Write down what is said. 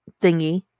thingy